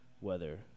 weather